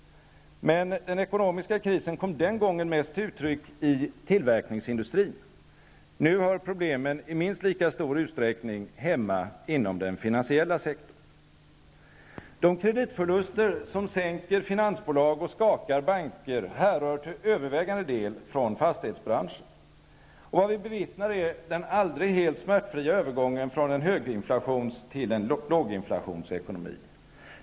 Men den ekonomiska krisen kom den gången mest till uttryck i tillverkningsindustrin. Nu hör problemen i minst lika stor utsträckning hemma inom den finansiella sektorn. De kreditförluster som sänker finansbolag och skakar banker härrör till övervägande del från fastighetsbranschen. Vad vi bevittnar är den aldrig helt smärtfria övergången från en höginflationsekonomi till en långinflationsekonomi.